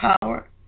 power